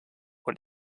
und